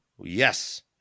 Yes